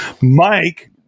Mike